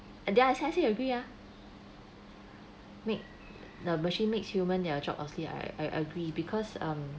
and there agree ah make the machine makes human their job I would say I I agree because um